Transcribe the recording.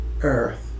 Earth